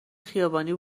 خیابانی